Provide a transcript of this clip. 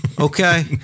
Okay